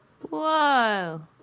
Whoa